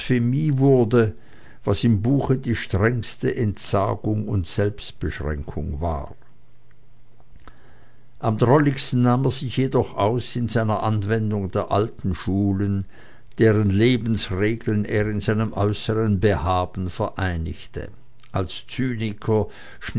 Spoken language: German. wurde was im buche die strengste entsagung und selbstbeschränkung war am drolligsten nahm er sich jedoch aus in seiner anwendung der alten schulen deren lebensregeln er in seinem äußern behaben vereinigte als